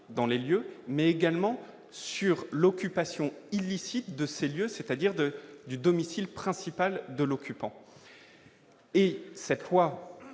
dans les lieux, mais également sur l'occupation illicite de ces lieux, c'est-à-dire de du domicile principal de l'occupant et cette fois,